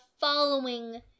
following